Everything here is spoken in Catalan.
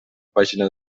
pàgina